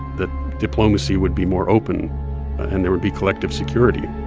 that diplomacy would be more open and there would be collective security